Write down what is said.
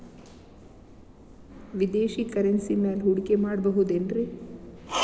ವಿದೇಶಿ ಕರೆನ್ಸಿ ಮ್ಯಾಲೆ ಹೂಡಿಕೆ ಮಾಡಬಹುದೇನ್ರಿ?